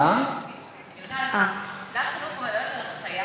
המילה חינוך קשורה במילה הנחיה,